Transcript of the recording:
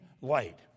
light